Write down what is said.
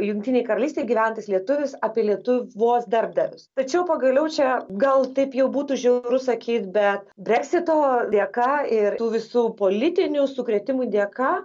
jungtinėj karalystėj gyvenantis lietuvis apie lietuvos darbdavius tačiau pagaliau čia gal taip jau būtų žiauru sakyt bet breksito dėka ir tų visų politinių sukrėtimų dėka